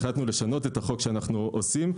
החלטנו לשנות את החוק שאנו עושים,